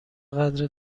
قدر